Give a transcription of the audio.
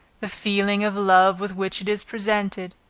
the feeling of love with which it is presented,